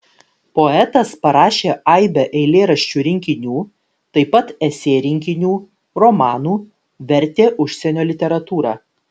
poetas parašė aibę eilėraščių rinkinių taip pat esė rinkinių romanų vertė užsienio literatūrą